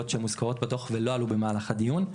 שמוזכרות בדוח ולא עלו במהלך הדיון.